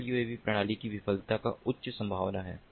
एकल यूएवी प्रणाली की विफलता की उच्च संभावना है